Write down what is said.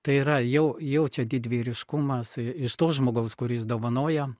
tai yra jau jau čia didvyriškumas iš to žmogaus kuris dovanoja